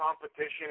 competition